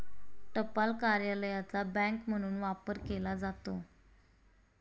टपाल कार्यालयाचा बँक म्हणून वापर केला जातो